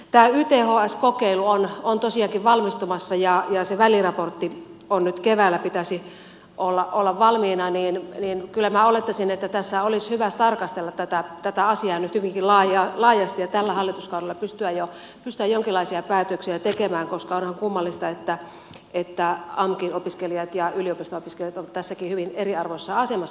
tämä yths kokeilu on tosiaankin valmistumassa ja sen väliraportin pitäisi olla valmiina nyt keväällä joten kyllä minä olettaisin että tässä olisi hyvä tarkastella tätä asiaa nyt hyvinkin laajasti ja tällä hallituskaudella pystyä jo jonkinlaisia päätöksiä tekemään koska onhan kummallista että amkin opiskelijat ja yliopisto opiskelijat ovat tässäkin hyvin eriarvoisessa asemassa